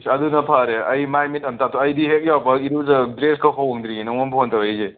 ꯑꯁ ꯑꯗꯨꯅ ꯐꯔꯦ ꯑꯩ ꯃꯥꯏꯃꯤꯠ ꯑꯝ ꯇꯥꯊꯣꯛ ꯑꯩꯗꯤ ꯍꯦꯛ ꯌꯧꯔꯛꯄꯒ ꯑꯩ ꯏꯔꯨꯖ ꯗ꯭ꯔꯦꯁꯀ ꯍꯣꯡꯗ꯭ꯔꯤꯌꯦ ꯅꯉꯣꯟ ꯐꯣꯟ ꯇꯧꯔꯛꯏꯁꯦ